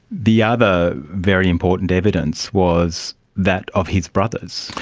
the other very important evidence was that of his brothers.